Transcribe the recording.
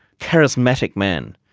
charismatic man,